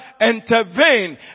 intervene